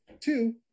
Two